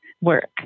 work